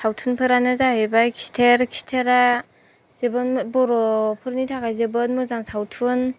सावथुनफोरानो जाहैबाय खिथेर खिथेरा जोबोद बर'फोरनि थाखाय जोबोद मोजां सावथुन